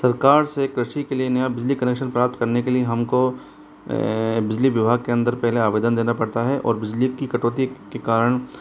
सरकार से कृषि के लिए नया बिजली कनेक्शन प्राप्त करने के लिए हम को बिजली विभाग के अंदर पहले आवेदन देना पड़ता है और बिजली की कटौती के कारण